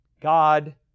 God